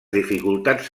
dificultats